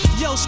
yo